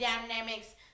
dynamics